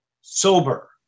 sober